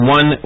One